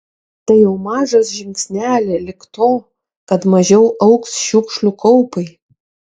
tai jau mažas žingsneli lik to kad mažiau augs šiukšlių kaupai